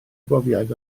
brofiad